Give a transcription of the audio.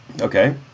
Okay